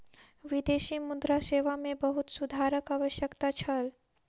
विदेशी मुद्रा सेवा मे बहुत सुधारक आवश्यकता छल